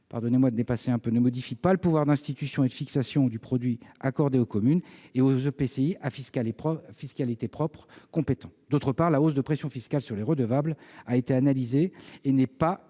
part, ces modalités de répartition ne modifient pas le pouvoir d'institution et de fixation du produit accordé aux communes et aux EPCI à fiscalité propre compétents ; d'autre part, la hausse de la pression fiscale sur les redevables a été analysée et n'est pas